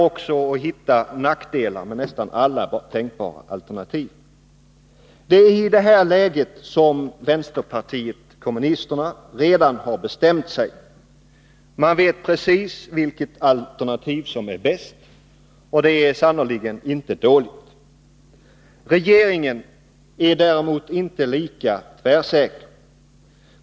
Nästan alla alternativ innebär nackdelar. I detta läge har vänsterpartiet kommunisterna redan bestämt sig. Man vet precis vilket alternativ som är det bästa. Det är sannerligen inte dåligt. Regeringen är däremot inte lika tvärsäker.